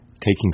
taking